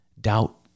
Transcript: doubt